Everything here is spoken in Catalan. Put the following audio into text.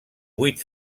vuit